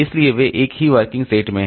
इसलिए वे एक ही वर्किंग सेट में हैं